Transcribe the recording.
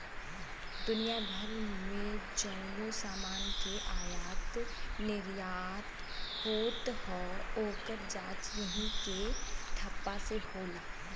दुनिया भर मे जउनो समान के आयात निर्याट होत हौ, ओकर जांच यही के ठप्पा से होला